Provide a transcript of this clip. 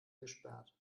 gesperrt